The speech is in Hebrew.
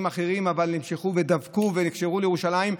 אחרים אבל נמשכו ודבקו ונקשרו לירושלים,